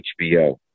HBO